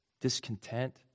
discontent